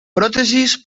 pròtesis